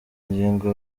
ngingo